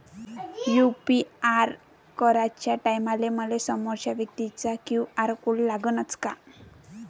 UPI कराच्या टायमाले मले समोरच्या व्यक्तीचा क्यू.आर कोड लागनच का?